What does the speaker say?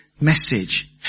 message